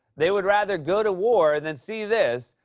they would rather go to war than see this.